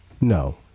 No